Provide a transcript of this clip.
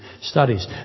studies